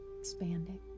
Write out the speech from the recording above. expanding